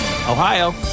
Ohio